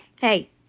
Hey